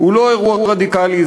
הוא לא אירוע רדיקלי,